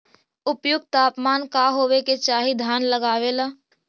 उपयुक्त तापमान का होबे के चाही धान लगावे ला?